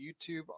YouTube